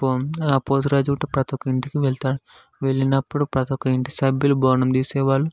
పో పోతురాజు ప్రతిఒక్క ఇంటికి వెళ్తారు వెళ్ళినప్పుడు ప్రతిఒక్క ఇంటి సభ్యులూ బోనం తీసేవాళ్ళు